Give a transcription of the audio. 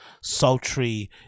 sultry